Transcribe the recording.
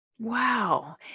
Wow